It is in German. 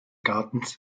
gartens